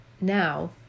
now